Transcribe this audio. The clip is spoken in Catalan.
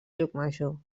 llucmajor